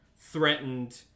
threatened